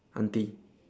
aunty